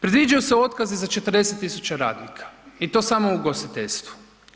Predviđaju se otkazi za 40.000 radnika i to samo u ugostiteljstvu.